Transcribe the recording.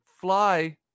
fly